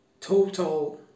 total